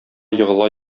егыла